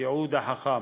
לתיעוד חכם.